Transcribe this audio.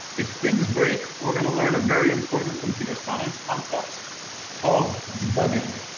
if things break we're gonna learn a very important computer science concept called debugging.